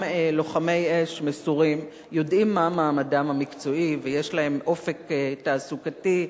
לוחמי אש מסורים יודעים מה מעמדם המקצועי ויש להם אופק תעסוקתי,